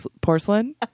porcelain